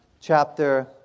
chapter